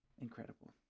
Incredible